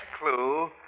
clue